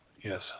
yes